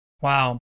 Wow